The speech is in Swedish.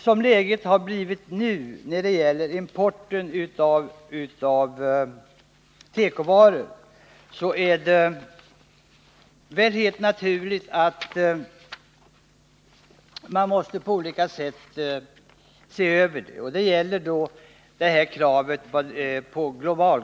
Som läget har blivit nu när det gäller importen av tekovaror är det väl helt naturligt att man på olika sätt måste se över vad man kan göra.